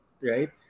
right